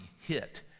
hit